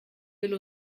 will